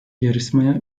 yarışmaya